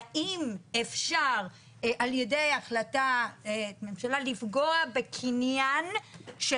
האם אפשר על ידי החלטת ממשלה לפגוע בקניין של